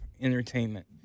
entertainment